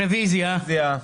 רוויזיה.